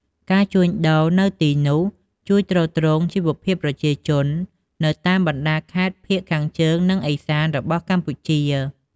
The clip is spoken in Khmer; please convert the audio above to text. ការជួញដូរនៅទីនោះជួយ ទ្រទ្រង់ជីវភាពប្រជាជន នៅតាមបណ្តាខេត្តភាគខាងជើង និងឦសានរបស់កម្ពុជា។